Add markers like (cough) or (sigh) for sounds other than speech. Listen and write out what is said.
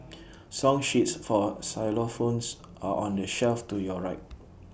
(noise) song sheets for xylophones are on the shelf to your right